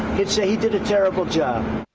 he'd say, he did a terrible job.